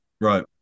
Right